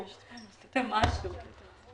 אני מוכן לעזור לכם אחרי שיהיה חוסר בפריפריה.